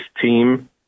team